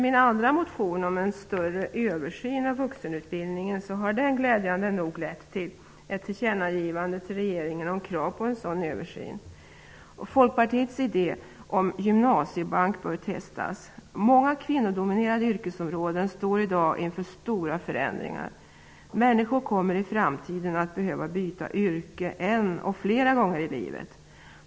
Min andra motion, om en större översyn av vuxenutbildningen, har glädjande nog lett till ett tillkännagivande till regeringen om krav på en sådan översyn. Folkpartiets idé om gymnasiebank bör testas. Många kvinnodominerade yrkesområden står i dag inför stora förändringar. Människor kommer i framtiden att behöva byta yrke både en och flera gånger i livet.